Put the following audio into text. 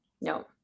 No